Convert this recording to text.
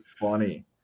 funny